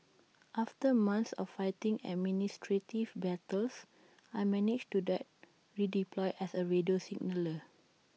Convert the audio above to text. after months of fighting administrative battles I managed to get redeployed as A radio signaller